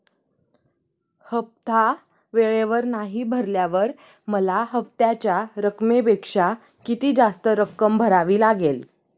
हफ्ता वेळेवर नाही भरल्यावर मला हप्त्याच्या रकमेपेक्षा किती जास्त रक्कम भरावी लागेल?